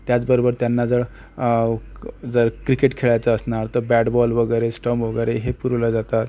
त्याचबरोबर त्यांना जर जर क्रिकेट खेळायचं असणार तर बॅट बॉल वगैरे स्टम वगैरे हे पुरवले जातात